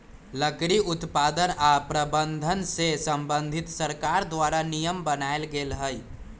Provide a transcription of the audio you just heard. लकड़ी उत्पादन आऽ प्रबंधन से संबंधित सरकार द्वारा नियम बनाएल गेल हइ